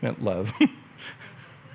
love